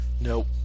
Nope